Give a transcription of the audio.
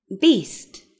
beast